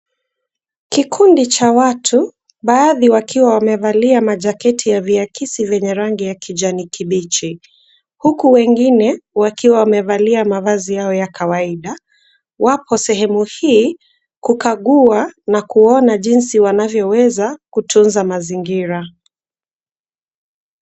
Kikundi cha watu, baadhi wakiwa wamevalia majaketi ya viakisi vyenye rangi ya kijani kibichi, huku wengine wakiwa wamevalia mavazi yao yakwaida. Wapo sehemu hii kukagua na kuona jinsi wanavyoweza kutunza mazingira.